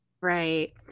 Right